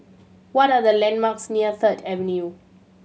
what are the landmarks near Third Avenue